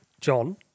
John